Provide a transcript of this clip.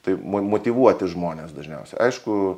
tai mo motyvuoti žmones dažniausia aišku